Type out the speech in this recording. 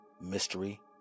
Mystery